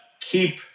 keep